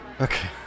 Okay